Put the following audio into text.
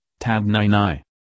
Tab9i